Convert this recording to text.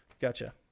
Gotcha